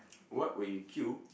what would you queue